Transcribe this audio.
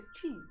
cheese